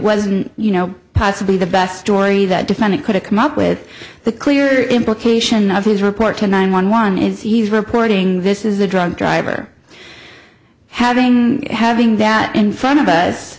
wasn't you know possibly the best story that defendant could have come up with the clear implication of his report to nine one one is he's reporting this is a drunk driver having having that in front of us